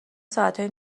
ساعتای